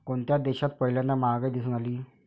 कोणत्या देशात पहिल्यांदा महागाई दिसून आली?